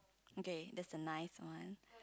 okay that's a nice one